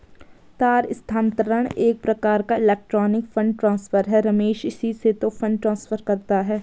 तार स्थानांतरण एक प्रकार का इलेक्ट्रोनिक फण्ड ट्रांसफर है रमेश इसी से तो फंड ट्रांसफर करता है